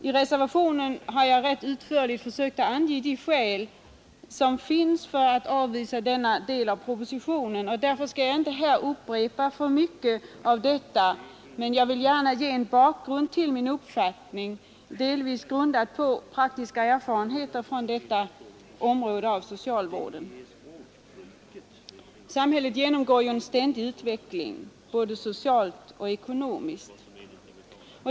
I reservationen har jag rätt utförligt försökt ange de skäl som finns för att avvisa denna del av propositionen, och därför skall jag inte här upprepa för mycket av detta, men jag vill gärna ge en bakgrund till min uppfattning, delvis grundad på praktiska erfarenheter från detta område av socialvården. Samhället genomgår en ständig utveckling både socialt och ekonomiskt.